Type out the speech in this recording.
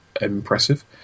impressive